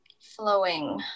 Flowing